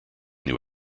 new